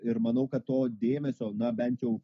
ir manau kad to dėmesio na bent jau